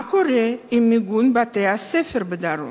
ומה קורה עם מיגון בתי-הספר בדרום.